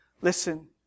Listen